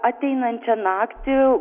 ateinančią naktį